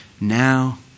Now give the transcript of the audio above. Now